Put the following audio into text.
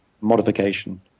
modification